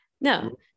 no